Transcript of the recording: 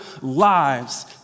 lives